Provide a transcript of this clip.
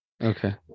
Okay